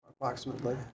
approximately